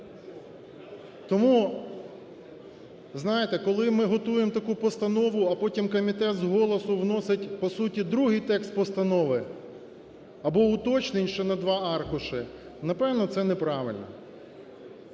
Тому, знаєте, коли ми готуємо таку постанову, а потім комітет з голосу вносить по суті другий текст постанови або уточнень ще на два аркуша, напевно, це неправильно.